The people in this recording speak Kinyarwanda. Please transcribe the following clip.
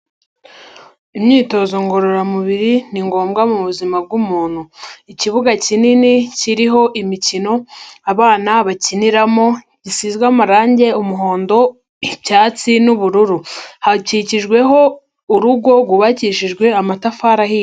Imyitozo ngororamubiri ni ngombwa mu buzima bw'umuntu. Ikibuga kinini kiriho imikino abana bakiniramo, gisize amarangi umuhondo, icyatsi n'ubururu. Hakikijweho urugo rwubakishijwe amatafari ahiye.